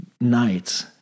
nights